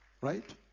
Right